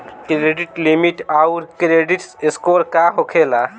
Credit limit आउर credit score का होखेला?